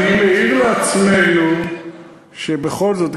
אני מעיר לעצמנו שבכל זאת,